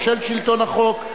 או "של שלטון החוק",